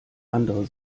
andere